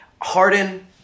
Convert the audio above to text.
Harden